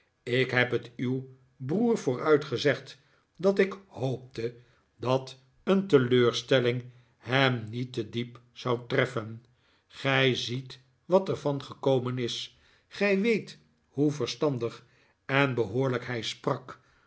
ik heb het uw broer vooruit gezegd dat ik hoopte dat een teleurstelling hem niet te diep zou treffen gij ziet wat er van gekomen is gij weet hoe verstandig en behoorlijk hij sprak